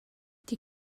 die